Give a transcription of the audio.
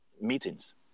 meetings